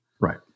Right